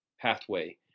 pathway